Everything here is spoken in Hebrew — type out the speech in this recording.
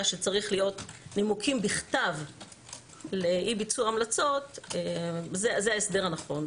שצריכים להיות נימוקים בכתב לאי ביצוע ההמלצות זה ההסדר הנכון.